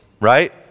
right